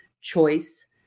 choice